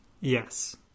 Yes